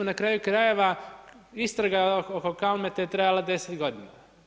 Na kraju krajeva, istraga oko Kalmete je trajala 10 godina.